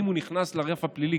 אם הוא נכנס לרף הפלילי,